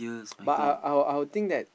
but I'll I'll I'll think that